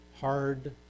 hard